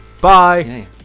Bye